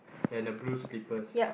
and a blue slippers